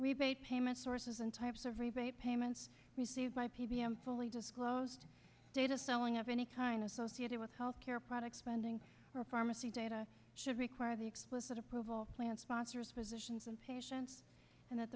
rebate payment sources and types of rebate payments received by p b m fully disclosed data selling of any kind associated with health care products pending or pharmacy data should require the explicit approval plan sponsors physicians and patients and